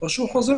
או הוא חוזר.